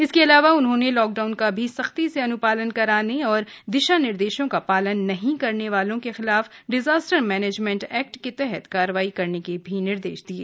इसके अलावा उन्होंने लॉकडाउन का भी सख्ती से अनुपालन कराने और दिशा निर्देशों का पालन नहीं करते वालों के खिलाफ डिजास्टर मैनेजमेंट एक्ट के तहत कार्रवाई करने के भी निर्देश दिये